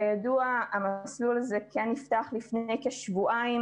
כידוע המסלול הזה כן נפתח לפני כשבועיים